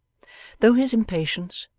though his impatience,